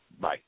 Bye